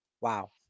Wow